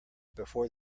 before